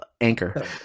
anchor